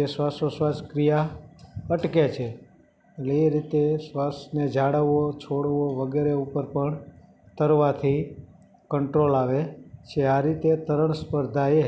જે શ્વાસોચ્છવાસ ક્રિયા અટકે છે એટલે એ રીતે શ્વાસને જાળવવો છોડવો વગેરે ઉપર પણ તરવાથી કંટ્રોલ આવે છે આ રીતે તરણ સ્પર્ધાએ